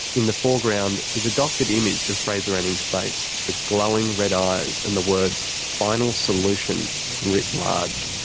in the foreground is a doctored image of fraser anning's face with glowing red eyes and the words final solution writ large.